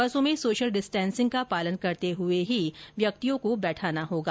बसों में social distancing का पालन करते हुए ही व्यक्तियों को बैठाना होगा